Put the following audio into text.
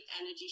energy